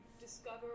discover